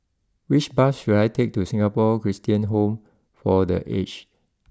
which bus should I take to Singapore Christian Home for the Aged